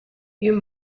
you